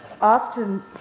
Often